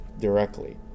directly